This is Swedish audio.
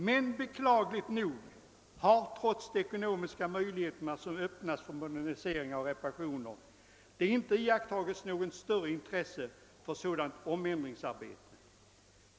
Men beklagligt nog har — trots de ekonomiska förutsättningar som Ööppnats för moderniseringar och reparationer — det inte iakttagits något större intresse för sådant omändringsarbete.